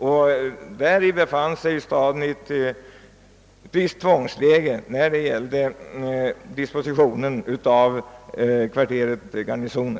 När det gällde dispositionen av kvarteret Garnisonen befann sig staden alltså i ett visst tvångsläge.